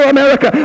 America